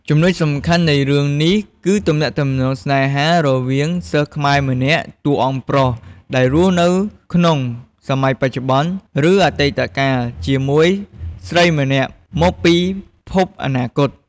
ចំណុចសំខាន់នៃរឿងនេះគឺទំនាក់ទំនងស្នេហារវាង សិស្សខ្មែរម្នាក់ តួអង្គប្រុស ដែលរស់នៅក្នុងសម័យបច្ចុប្បន្ន ឬអតីតកាលជាមួយ ស្រីម្នាក់មកពីភពអនាគត ។